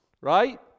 Right